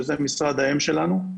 שזה משרד האם שלנו.